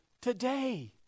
today